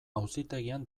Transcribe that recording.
auzitegian